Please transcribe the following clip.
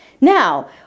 Now